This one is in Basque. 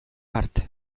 bart